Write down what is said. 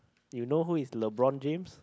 you know who is LeBron-James